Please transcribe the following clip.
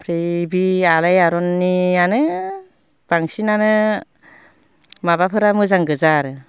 ओमफ्राय बि आलायारननियानो बांसिनानो माबाफोरा मोजां गोजा आरो